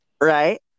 Right